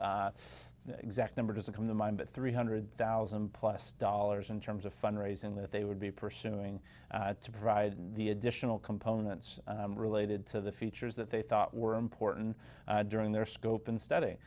r exact number doesn't come to mind but three hundred thousand plus dollars in terms of fund raising that they would be pursuing to provide the additional components related to the features that they thought were important during their scope and study